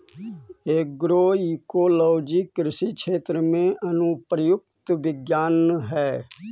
agroecology कृषि क्षेत्र में अनुप्रयुक्त विज्ञान हइ